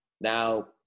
now